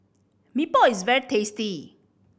Mee Pok is very tasty